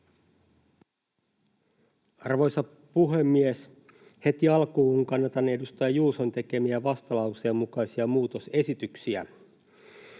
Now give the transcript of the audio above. Arvoisa puhemies! Heti alkuun kannatan edustaja Juuson tekemiä vastalauseen mukaisia muutosesityksiä.